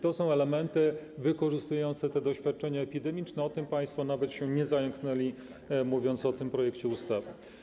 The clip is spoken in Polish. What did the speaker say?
To są elementy wykorzystujące doświadczenia epidemiczne, a o tym państwo nawet się nie zająknęli, mówiąc o tym projekcie ustawy.